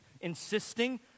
insisting